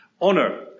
honor